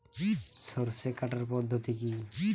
সরষে কাটার পদ্ধতি কি?